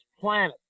planet